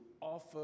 offer